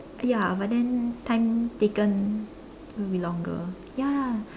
ya but then time taken will be longer ya